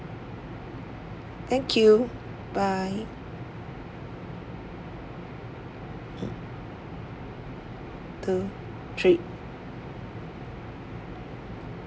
thank you bye two three